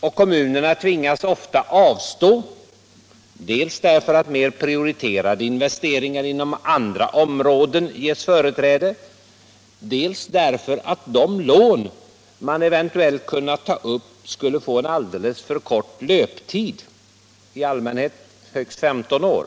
och kommunerna tvingas ofta avstå, dels därför att mer prioriterade investeringar inom andra områden ges företräde, dels därför att de lån man eventuellt kunnat ta upp skulle få en alldeles för kort löptid — i allmänhet högst 15 år.